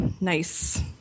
nice